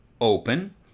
open